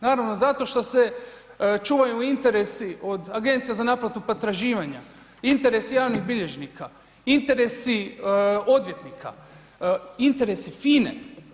Naravno zato što se čuvaju interesi od Agencija za naplatu potraživanja, interesi javnih bilježnika, interesi odvjetnika, interesi FINA-e.